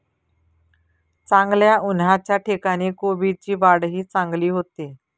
चांगल्या उन्हाच्या ठिकाणी कोबीची वाढही चांगली होते